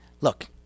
Look